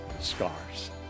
scars